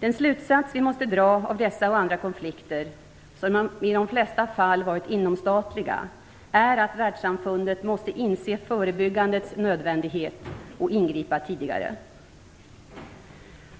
Den slutsats vi måste dra av dessa och andra konflikter, som i de flesta fall varit inomstatliga, är att världssamfundet måste inse förebyggandets nödvändighet och ingripa tidigare.